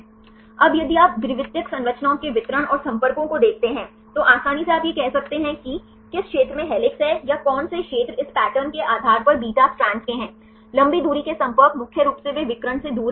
अब यदि आप द्वितीयक संरचनाओं के वितरण और संपर्कों को देखते हैं तो आसानी से आप यह कह सकते हैं कि किस क्षेत्र में हेलिसेस हैं या कौन से क्षेत्र इस पैटर्न के आधार पर बीटा स्ट्रैंड के हैं लंबी दूरी के संपर्क मुख्य रूप से वे विकर्ण से दूर हैं